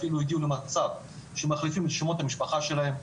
אפילו הגיעו למצב שהם מחליפים את שמות המשפחה שלהם,